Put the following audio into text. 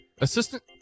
Assistant